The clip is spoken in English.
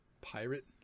pirate